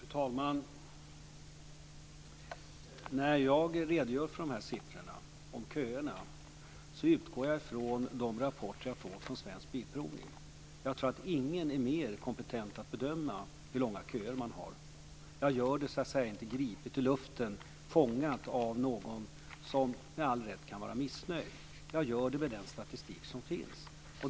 Fru talman! När jag redogör för siffrorna när det gäller köerna utgår jag från de rapporter som jag har fått från Svensk Bilprovning. Jag tror inte att det finns någon som är mer kompetent att bedöma hur långa köerna är. Mina siffror är alltså inte gripna ur luften, fångade av någon som med all rätt kan vara missnöjd. Jag använder mig av den statistik som finns.